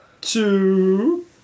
two